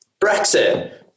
Brexit